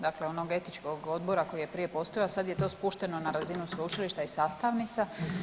Dakle, onog etičkog odbora koji je prije postojao, sad je to spušteno na razinu sveučilišta i sastavnica.